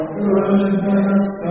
goodness